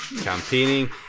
campaigning